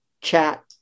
chat